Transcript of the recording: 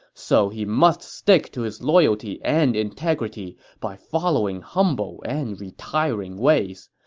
so he must stick to his loyalty and integrity by following humble and retiring ways.